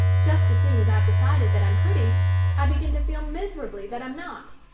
just as soon as i've decided that i'm pretty i begin to feel miserably that i'm not.